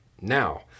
Now